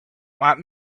want